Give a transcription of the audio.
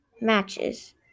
matches